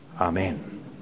Amen